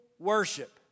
worship